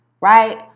right